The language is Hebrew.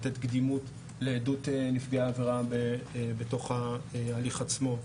לתת קדימות לעדות נפגעי עבירה בתוך ההליך עצמו,